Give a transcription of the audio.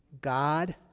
God